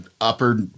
upper